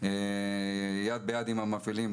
יד ביד עם המפעילים,